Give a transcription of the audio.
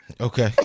Okay